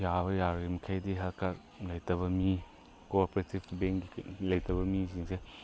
ꯌꯥꯕ ꯌꯥꯔꯤꯃꯈꯩꯗꯤ health card ꯂꯩꯇꯕ ꯃꯤ ꯀꯣ ꯑꯣꯄꯔꯦꯇꯤꯕ ꯕꯦꯡꯛꯒꯤ ꯂꯩꯇꯕ ꯃꯤꯁꯤꯡꯁꯦ